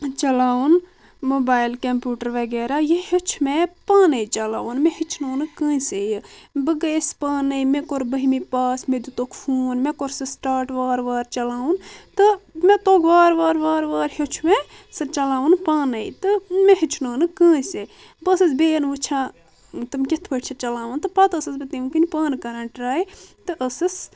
چلاوُن mobile computer وغیرہ یہِ ہیٚوچھ مےٚ پانے چلاوُن مےٚ ہیٚچھنو نہٕ کٲنسے یہِ بہٕ گٔیس پانے مےٚ کوٚر بٔہمہِ پاس مےٚ دِتھک فوٗن مےٚ کوٚر سُہ سٹاٹ وار وار چلاوُن تہِ مےٚ توٚگ وٲر وٲر وٲر وٲر ہیٚوچھ مےٚ سُہ چلاوُن پانے تہٕ مےٚ ہیٚچھنٲو نہٕ کٲنسہِ تہِ بہٕ ٲسس بیٚین وُچھان تم کتھ پاٹھۍ چھ چلاوان تہِ پتہِ ٲسٕس بہٕ تمہِ کِنۍ پانہٕ کران ٹراے تہٕ ٲسٕس